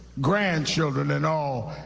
grandchildren, and all,